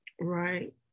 Right